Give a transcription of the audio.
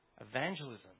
Evangelism